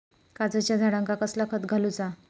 काजूच्या झाडांका कसला खत घालूचा?